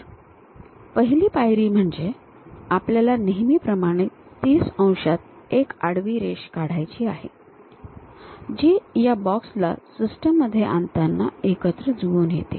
तर पहिली पायरी म्हणजे आपल्याला नेहमीप्रमाणे 30 अंशात एक आडवी रेषा काढायची आहे जी या बॉक्सला सिस्टममध्ये आणताना एकत्र जुळून येते